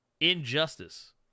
injustice